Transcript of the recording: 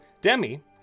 Demi